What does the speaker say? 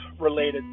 related